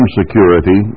security